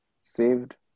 Saved